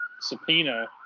subpoena